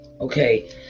okay